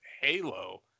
Halo